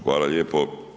Hvala lijepo.